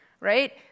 right